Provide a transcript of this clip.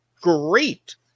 great